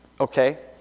Okay